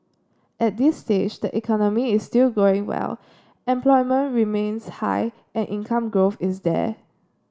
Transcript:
at this stage the economy is still growing well employment remains high and income growth is there